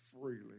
freely